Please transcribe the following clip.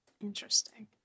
Interesting